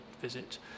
visit